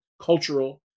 cultural